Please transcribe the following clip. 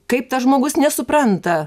kaip tas žmogus nesupranta